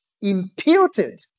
imputed